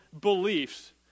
beliefs